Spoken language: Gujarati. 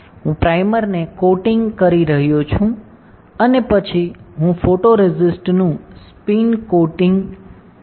હું પ્રાઇમરને કોટિંગ કરી રહ્યો છું અને પછી હું ફોટોરેસિસ્ટ નુ સ્પિન કોટિંગ કરીશ